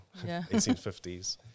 1850s